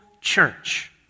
church